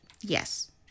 Yes